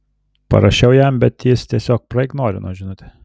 parašiau jam bet jis tiesiog praignorino žinutę